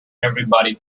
everybody